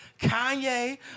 Kanye